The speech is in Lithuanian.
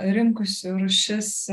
rinkusių rūšis